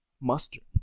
Mustard